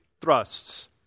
thrusts